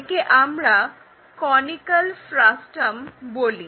একে আমরা conical frustum বলি